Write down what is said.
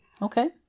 Okay